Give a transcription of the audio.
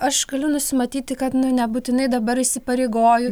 aš galiu nusimatyti kad nu nebūtinai dabar įsipareigoju